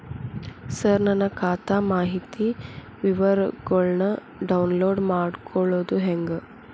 ಸರ ನನ್ನ ಖಾತಾ ಮಾಹಿತಿ ವಿವರಗೊಳ್ನ, ಡೌನ್ಲೋಡ್ ಮಾಡ್ಕೊಳೋದು ಹೆಂಗ?